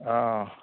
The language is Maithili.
हाँ